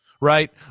right